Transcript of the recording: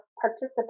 participate